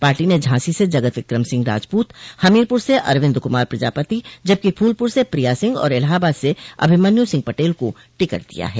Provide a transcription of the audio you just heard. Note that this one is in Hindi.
पार्टी ने झांसी से जगत विक्रम सिंह राजपूत हमीरपुर से अरविन्द्र कुमार प्रजापति जबकि फूलपुर से प्रिया सिंह और इलाहाबाद से अभिमन्यू सिंह पटेल को टिकट दिया है